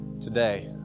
today